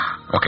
Okay